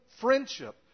friendship